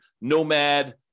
Nomad